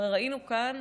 הרי ראינו כאן,